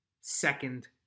second